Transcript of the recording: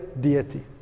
deity